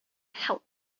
help